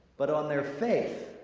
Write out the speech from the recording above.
but on their faith,